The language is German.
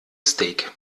steak